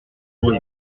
moraux